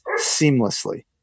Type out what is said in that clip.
seamlessly